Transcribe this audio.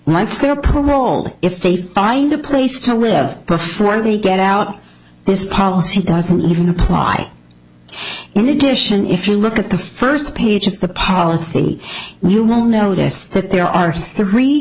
like their parole if they find a place to live performed we get out this policy doesn't even apply in addition if you look at the first page of the policy you will notice that there are three